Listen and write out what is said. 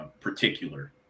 particular